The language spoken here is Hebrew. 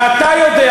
ואתה יודע,